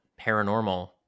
paranormal